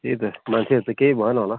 त्यही त मान्छेहरू त केही भएन होला